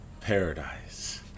Paradise